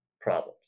problems